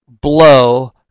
blow